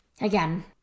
Again